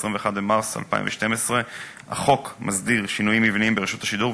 21 במרס 2012. החוק מסדיר שינויים מבניים ברשות השידור,